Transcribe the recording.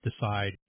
decide